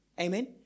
Amen